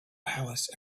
palace